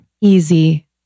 easy